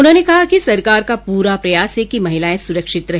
उन्होंने कहा कि सरकार का पूरा प्रयास है कि महिलाए सुरक्षित रहे